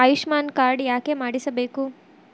Ayushman card ಯಾಕೆ ಮಾಡಿಸಬೇಕು?